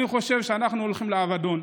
אני חושב שאנחנו הולכים לאבדון.